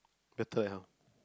better